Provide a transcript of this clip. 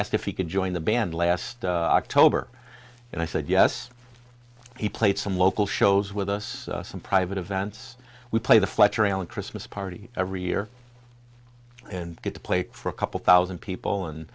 asked if he could join the band last october and i said yes he played some local shows with us some private events we play the fletcher allen christmas party every year and get to play for a couple thousand people